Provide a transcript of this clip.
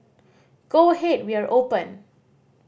go ahead we are open